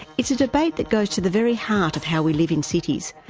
it's a debate that goes to the very heart of how we live in cities,